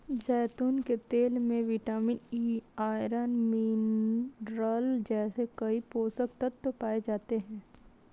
जैतून के तेल में विटामिन ई, आयरन, मिनरल जैसे कई पोषक तत्व पाए जाते हैं